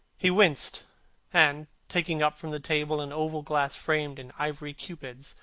he winced and, taking up from the table an oval glass framed in ivory cupids,